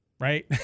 Right